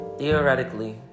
Theoretically